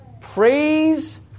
Praise